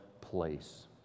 place